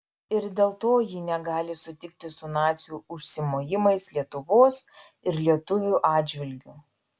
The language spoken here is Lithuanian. ir dėl to ji negali sutikti su nacių užsimojimais lietuvos ir lietuvių atžvilgiu